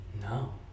No